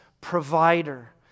provider